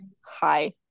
hi